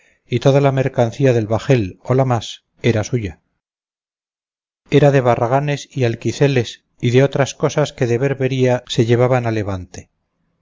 y toda la mercancía del bajel o la más era suya era de barraganes y alquiceles y de otras cosas que de berbería se llevaban a levante